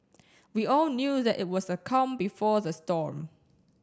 we all knew that it was the calm before the storm